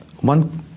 one